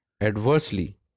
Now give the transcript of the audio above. adversely